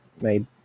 made